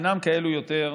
אינן כאלה יותר.